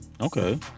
Okay